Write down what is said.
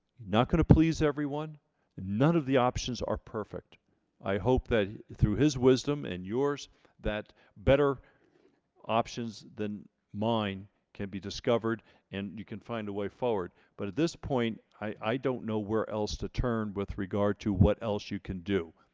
not going to please everyone none of the options are perfect i hope that through his wisdom and yours that better options than mine can be discovered and you can find a way forward but at this point i i don't know where else to turn with regard to what else you can do